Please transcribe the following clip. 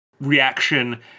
reaction